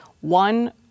one